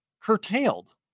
curtailed